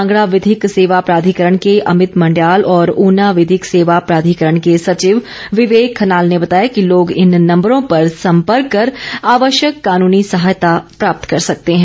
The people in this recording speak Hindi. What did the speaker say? कांगड़ा विधिक सेवा प्राधिकरण के अमित मंडयाल और ऊना विधिक सेवा प्राधिकरण के सचिव विवेक खनाल ने बताया कि लोग इन नम्बरों पर सम्पर्क कर आवश्यक कानूनी सहायता प्राप्त कर सकते हैं